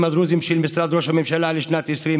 הדרוזיים של משרד ראש הממשלה לשנת 2020: